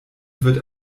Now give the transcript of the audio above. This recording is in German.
wird